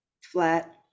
flat